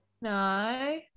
No